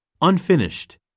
Unfinished